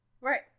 Right